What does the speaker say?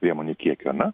priemonių kiekiu ar ne